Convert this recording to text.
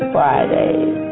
Fridays